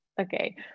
Okay